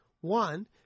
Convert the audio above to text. One